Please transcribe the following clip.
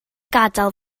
gadael